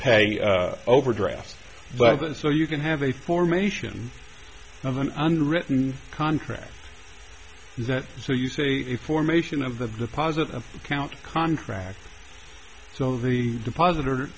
pay overdraft but so you can have a formation of an unwritten contract that so you say formation of the deposit account contract so the depositor